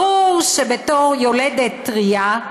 ברור שבתור יולדת טרייה,